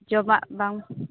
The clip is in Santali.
ᱡᱚᱢᱟᱜ ᱵᱟᱝ